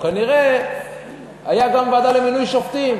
כנראה היה גם בוועדה למינוי שופטים.